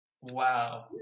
wow